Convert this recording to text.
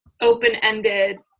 Open-ended